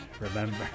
remember